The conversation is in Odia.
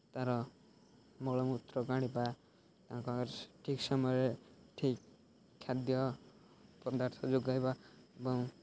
ତା'ର ମୂଳମୂତ୍ର କାଡ଼ିବା ତାଙ୍କ ଠିକ୍ ସମୟରେ ଠିକ୍ ଖାଦ୍ୟ ପଦାର୍ଥ ଯୋଗାଇବା ଏବଂ